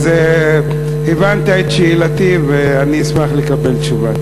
אז הבנת את שאלתי, ואני אשמח לקבל תשובה.